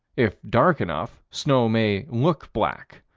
if dark enough, snow may look black.